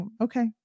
Okay